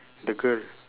the girl